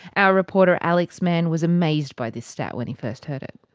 our reporter alex mann was amazed by this stat when he first heard it.